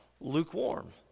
lukewarm